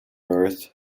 earth